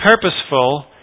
purposeful